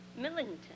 Millington